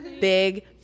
big